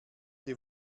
die